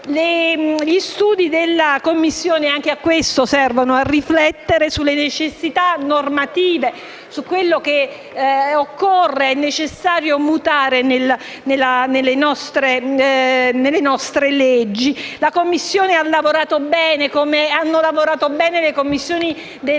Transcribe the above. Gli studi della Commissione anche a questo servono, a riflettere sulle necessità normative, su quanto occorre ed è necessario mutare nelle nostre leggi. La Commissione ha lavorato bene, come hanno lavorato bene le Commissioni delle